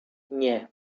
nie